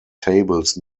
tables